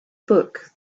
book